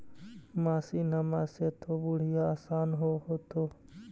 मसिनमा से तो बढ़िया आसन हो होतो?